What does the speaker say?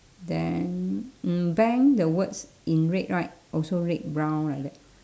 then mm bank the words in red right also red brown like that